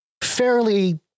fairly